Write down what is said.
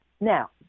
Now